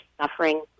suffering